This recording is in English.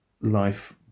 life